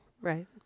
Right